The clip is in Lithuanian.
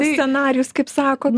scenarijus kaip sakot